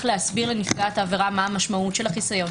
להסביר לנפגעת העבירה מה משמעות החיסיון.